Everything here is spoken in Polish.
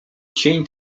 cień